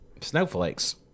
snowflakes